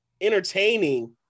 entertaining